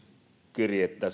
kirjettä